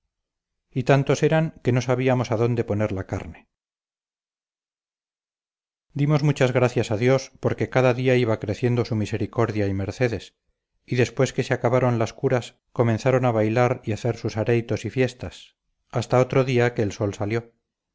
y tantos eran que no sabíamos adónde poner la carne dimos muchas gracias a dios porque cada día iba creciendo su misericordia y mercedes y después que se acabaron las curas comenzaron a bailar y hacer sus areitos y fiestas hasta otro día que el sol salió